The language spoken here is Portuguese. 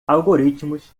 algoritmos